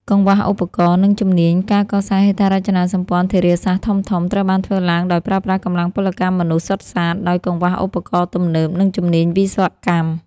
កង្វះឧបករណ៍ និងជំនាញ ការកសាងហេដ្ឋារចនាសម្ព័ន្ធធារាសាស្ត្រធំៗ ត្រូវបានធ្វើឡើងដោយប្រើប្រាស់កម្លាំងពលកម្មមនុស្សសុទ្ធសាធ ដោយកង្វះឧបករណ៍ទំនើប និងជំនាញវិស្វកម្ម។